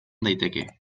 daiteke